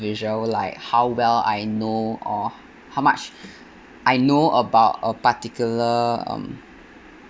~idual like how well I know or how much I know about a particular um